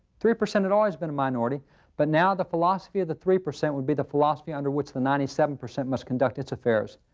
three percent had always been a minority but now, the philosophy of the three percent would be the philosophy under which the ninety seven percent must conduct its affairs.